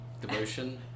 devotion